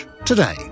Today